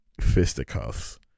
fisticuffs